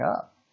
up